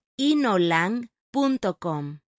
inolang.com